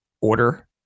order